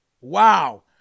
Wow